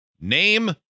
name